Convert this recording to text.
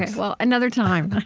well, another time. like